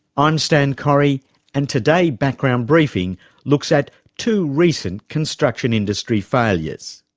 i'm stan correy and today background briefing looks at two recent construction industry failures.